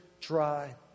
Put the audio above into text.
dry